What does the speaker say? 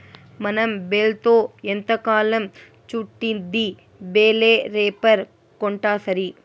మనం బేల్తో ఎంతకాలం చుట్టిద్ది బేలే రేపర్ కొంటాసరి